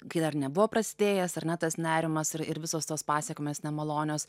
kai dar nebuvo prasidėjęs ar ne tas nerimas ir ir visos tos pasekmės nemalonios